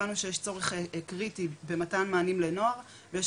הבנו שיש צורך קריטי במתן מענים לנוער ויש